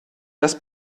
das